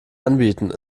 anbieten